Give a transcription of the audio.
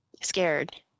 scared